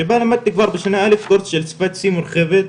שבה למדתי כבר בשנה א' קורס של שפת C מורחבת,